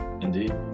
Indeed